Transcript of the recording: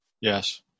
Yes